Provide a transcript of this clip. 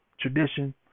tradition